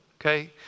Okay